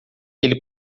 ele